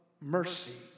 mercy